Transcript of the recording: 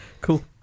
Cool